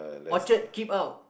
Orchard keep out